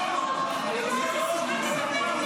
לא, הוא ירד.